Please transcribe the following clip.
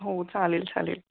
हो चालेल चालेल